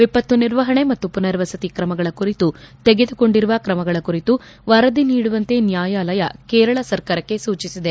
ಎಪತ್ತು ನಿರ್ವಹಣೆ ಮತ್ತು ಪುನರ್ವಸತಿ ಕ್ರಮಗಳ ಕುರಿತು ತೆಗೆದುಕೊಂಡಿರುವ ಕ್ರಮಗಳ ಕುರಿತು ವರದಿ ನೀಡುವಂತೆ ನ್ಯಾಯಾಲಯ ಕೇರಳ ಸರ್ಕಾರಕ್ಕೆ ಸೂಚಿಸಿದೆ